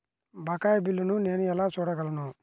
బకాయి బిల్లును నేను ఎలా చూడగలను?